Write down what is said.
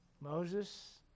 Moses